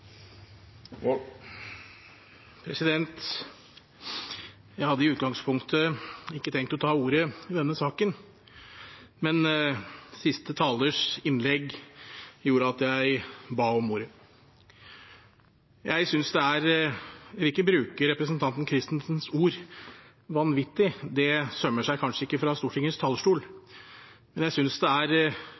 Jeg hadde i utgangspunktet ikke tenkt å ta ordet i denne saken, men siste talers innlegg gjorde at jeg ba om det. Jeg synes det er – jeg vil ikke bruke representanten Christensens ord «vanvittig», det sømmer seg kanskje ikke fra Stortingets talerstol